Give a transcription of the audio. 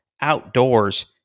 outdoors